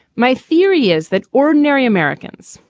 my theory is that ordinary americans,